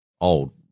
old